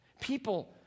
People